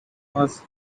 was